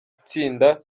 itsinda